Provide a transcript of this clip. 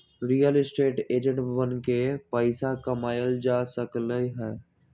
real estate agent बनके पइसा कमाएल जा सकलई ह